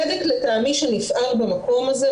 לטעמי הסדק שנפער במקום הזה,